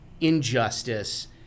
injustice